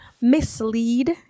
mislead